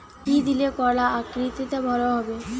কি দিলে কলা আকৃতিতে বড় হবে?